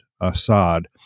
Assad